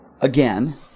Again